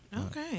Okay